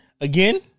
Again